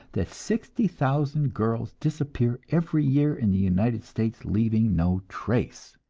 that sixty thousand girls disappear every year in the united states, leaving no trace.